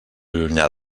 llunyà